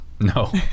No